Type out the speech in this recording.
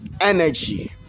energy